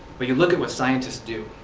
but you look at what scientists do,